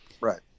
right